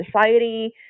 society